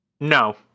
No